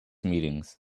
meetings